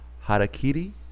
Harakiri